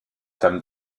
tam